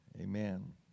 Amen